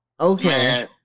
okay